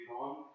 on